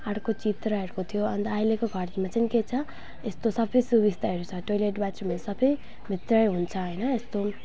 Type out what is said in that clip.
अर्को चित्राहरूको थियो अन्त अहिलेको घरमा चाहिँ के छ यस्तो सबै सुविस्ताहरू छ टोयलेट बाथरुमहरू सबै भित्रै हुन्छ होइन यस्तो